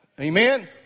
Amen